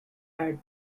had